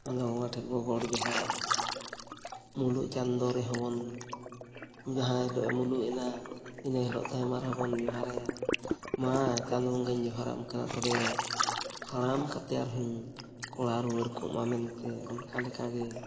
ᱪᱟᱸᱫᱚ ᱵᱚᱸᱜᱟ ᱴᱷᱮᱱ ᱵᱚᱱ ᱜᱚᱸᱰ ᱡᱚᱦᱟᱨᱚᱜᱼᱟ ᱢᱩᱞᱩᱜ ᱪᱟᱸᱫᱚ ᱨᱮᱦᱚᱸ ᱵᱚᱱ ᱡᱟᱦᱟᱸ ᱦᱤᱞᱳᱜ ᱢᱩᱞᱩᱜ ᱮᱱᱟ ᱤᱱᱟᱹ ᱦᱤᱞᱳ ᱛᱟᱭᱚᱢ ᱟᱨᱦᱚᱸ ᱵᱚᱱ ᱡᱚᱦᱟᱨᱟᱭᱟ ᱢᱟ ᱪᱟᱸᱫᱚ ᱵᱚᱸᱜᱟᱧ ᱡᱚᱦᱟᱨᱟᱢ ᱠᱟᱱᱟ ᱛᱚᱵᱮ ᱦᱟᱲᱟᱢ ᱠᱟᱛᱮᱫ ᱟᱨᱦᱚᱸᱧ ᱠᱚᱲᱟ ᱨᱩᱣᱟᱹᱲ ᱠᱚᱜ ᱢᱟ ᱢᱮᱱᱛᱮ ᱚᱱᱠᱟ ᱞᱮᱠᱟᱜᱮ